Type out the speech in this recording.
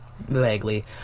vaguely